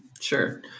Sure